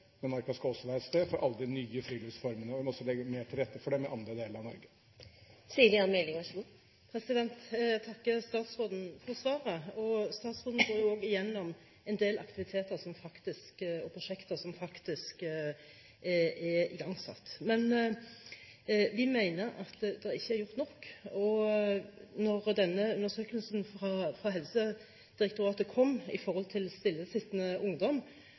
men marka skal også være et sted for alle de nye friluftsformene. Vi må også legge mer til rette for dem i andre deler av Norge. Jeg takker statsråden for svaret. Statsråden går gjennom en del aktiviteter og prosjekter som faktisk er igangsatt. Men vi mener at det ikke er gjort nok. Da denne undersøkelsen fra Helsedirektoratet om stillesittende ungdom kom, reagerte også styrelederen i